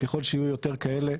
ככל שיהיו יותר כאלה,